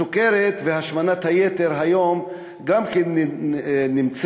הסוכרת והשמנת היתר היום גם כן נמצאות